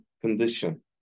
condition